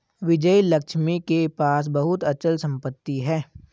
विजयलक्ष्मी के पास बहुत अचल संपत्ति है